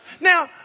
Now